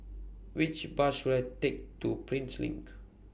Which Bus should I Take to Prinsep LINK